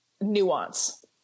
nuance